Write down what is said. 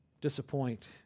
disappoint